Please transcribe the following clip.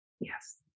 Yes